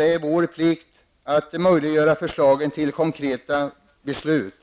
Det är vår plikt att möjliggöra att förslagen blir konkreta beslut.